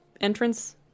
entrance